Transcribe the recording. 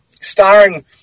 Starring